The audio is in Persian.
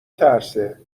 ترسه